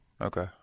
Okay